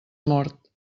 mort